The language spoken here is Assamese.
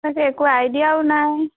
তাকে একো আইডিয়াও নাই